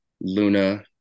luna